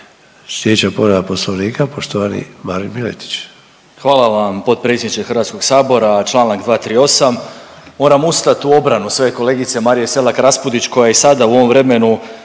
Sljedeća povreda Poslovnika, poštovani Marin Miletić.